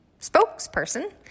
spokesperson